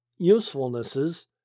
usefulnesses